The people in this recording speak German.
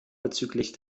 bezüglich